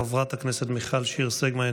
חברת הכנסת מיכל שיר סגמן,